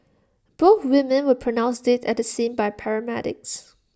both women were pronounced dead at the scene by paramedics